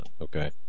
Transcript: okay